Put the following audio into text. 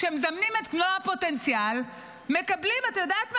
כשמזמנים את מלוא הפוטנציאל מקבלים, את יודעת מה?